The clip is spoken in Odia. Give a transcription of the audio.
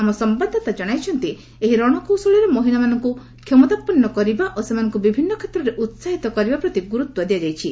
ଆମ ସମ୍ଭାଦଦାତା ଜଣାଇଛନ୍ତି ଏହି ରଣକୌଶଳରେ ମହିଳାମାନଙ୍କୁ କ୍ଷମତାପନ୍ନ କରିବା ଓ ସେମାନଙ୍କୁ ବିଭିନ୍ନ କ୍ଷେତ୍ରରେ ଉତ୍କାହିତ କରିବା ପ୍ରତି ଗୁରୁତ୍ୱ ଦିଆଯାଇଛି